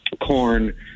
Corn